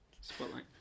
Spotlight